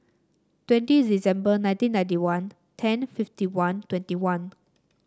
twenty December nineteen ninety one ten fifty one twenty one